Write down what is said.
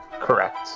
Correct